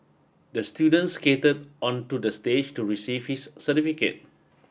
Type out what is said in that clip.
the student skated onto the stage to receive his certificate